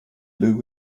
blew